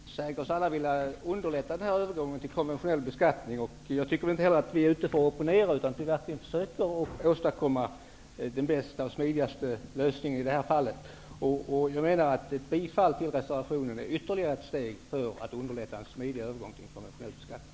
Herr talman! Vi säger oss alla vilja underlätta övergången till konventionell beskattning. Jag tycker inte att vi socialdemokrater är ute för att opponera, utan att vi verkligen försöker att åstadkomma den bästa och smidigaste lösningen. Jag menar att ett bifall till reservationen är ytterligare ett steg för att underlätta en smidig övergång till en konventionell beskattning.